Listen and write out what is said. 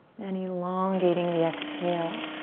and elongating the exhale.